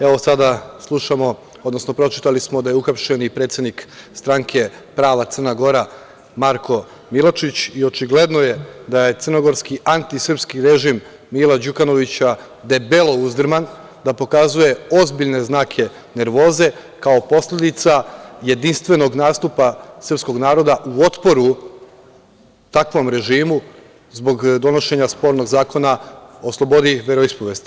Evo, sada slušamo, odnosno smo pročitali da je uhapšen i predsednik stranke Prava Crna Gora Marko Miločić i očigledno je da je crnogorski antisrpski režim Mila Đukanovića debelo uzdržan, da pokazuje ozbiljne znake nervoze kao posledica jedinstvenog nastupa srpskog naroda u otporu takvom režimu, zbog donošenja spornog zakona o slobodi veroispovesti.